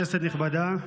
כנסת נכבדה,